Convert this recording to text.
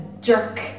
jerk